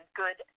good